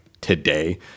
today